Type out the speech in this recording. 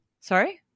Sorry